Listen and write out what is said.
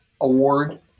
award